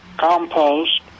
compost